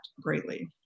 greatly